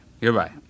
Goodbye